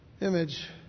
image